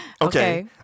Okay